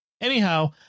Anyhow